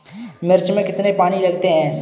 मिर्च में कितने पानी लगते हैं?